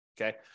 Okay